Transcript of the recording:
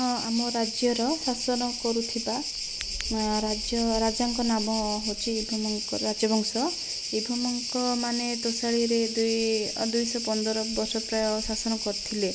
ହଁ ଆମ ରାଜ୍ୟର ଶାସନ କରୁଥିବା ରାଜ୍ୟ ରାଜାଙ୍କ ନାମ ହେଉଛି ଭୌମକର ରାଜବଂଶ ଏହି ଭୌମଙ୍କମାନେ ତୋଷାଳୀରେ ଦୁଇ ଦୁଇଶହ ପନ୍ଦରବର୍ଷ ପ୍ରାୟ ଶାସନ କରିଥିଲେ